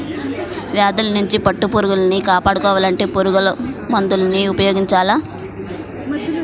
వ్యాధుల్నించి పట్టుపురుగుల్ని కాపాడుకోవాలంటే పురుగుమందుల్ని ఉపయోగించాల